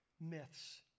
myths